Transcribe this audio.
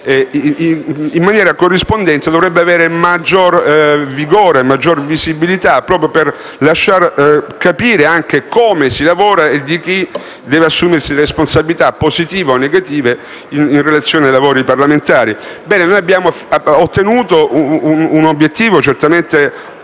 in maniera corrispondente, dovrebbe avere maggior vigore, maggior visibilità proprio per lasciar capire come si lavora e chi deve assumersi le responsabilità, positive o negative, in relazione ai lavori parlamentari. Bene, noi abbiamo ottenuto un obiettivo certamente